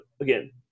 again